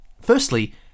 Firstly